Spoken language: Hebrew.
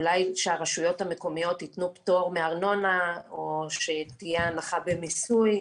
אולי שהרשויות המקומיות ייתנו פטור מארנונה או שתהיה הנחה במיסוי.